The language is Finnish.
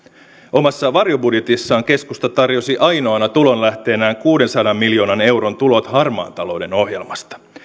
omassa varjobudjetissaan keskusta tarjosi ainoana tulonlähteenään kuudensadan miljoonan euron tulot harmaan talouden ohjelmasta